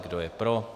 Kdo je pro?